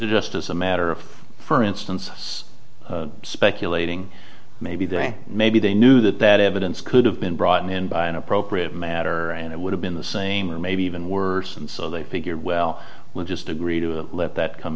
just as a matter of for instance us speculating maybe they maybe they knew that that evidence could have been brought in by an appropriate matter and it would have been the same or maybe even worse and so they figured well we'll just agree to let that come